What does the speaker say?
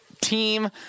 team